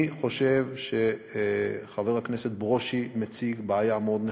אני חושב שחבר הכנסת ברושי מציג בעיה מאוד נכונה: